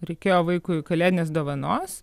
reikėjo vaikui kalėdinės dovanos